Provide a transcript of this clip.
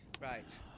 Right